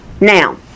Now